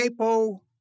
capo